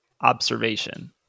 observation